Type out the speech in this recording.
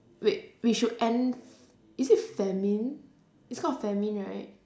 wait we should end is it famine it's called famine right